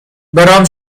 برام